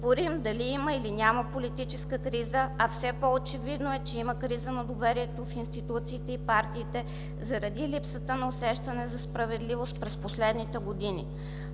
Спорим дали има или няма политическа криза, а все по-очевидно е, че има криза на доверието в институциите и партиите заради липсата на усещане за справедливост през последните години.